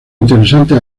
interesantes